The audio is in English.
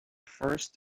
first